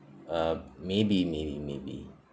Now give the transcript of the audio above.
uh maybe maybe maybe